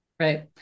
Right